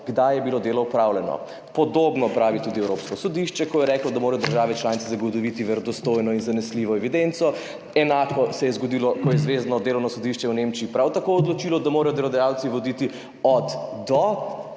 kdaj je bilo delo opravljeno. Podobno pravi tudi Evropsko sodišče, ko je reklo, da morajo države članice zagotoviti verodostojno in zanesljivo evidenco. Enako se je zgodilo, ko je zvezno delovno sodišče v Nemčiji prav tako odločilo, da morajo delodajalci voditi od –